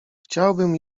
chciałbym